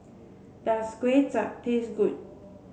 does Kway Chap taste good